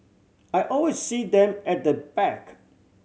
I always see them at the back